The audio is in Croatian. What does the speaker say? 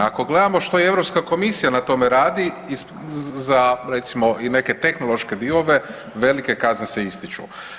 Ako gledamo što Europska komisija na tome radi za recimo i neke tehnološke diobe velike kazne se ističu.